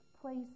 place